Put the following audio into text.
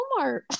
Walmart